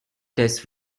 tests